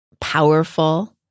powerful